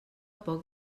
poc